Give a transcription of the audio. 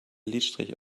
lidstrich